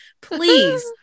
Please